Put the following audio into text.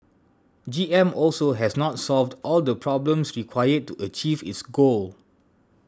G M also has not solved all the problems required to achieve its goal